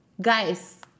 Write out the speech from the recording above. Guys